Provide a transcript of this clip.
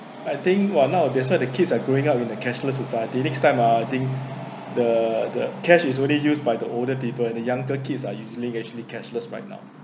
I think !wah! now that's why the kids are growing up in a cashless society next time ah I think the the cash is only used by the older people and the younger kids are using actually cashless right now